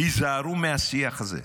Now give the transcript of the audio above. היזהרו מהשיח הזה,